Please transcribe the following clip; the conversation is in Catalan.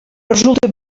resulta